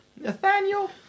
Nathaniel